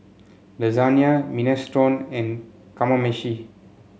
Lasagna Minestrone and Kamameshi